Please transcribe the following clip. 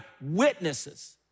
witnesses